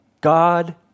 God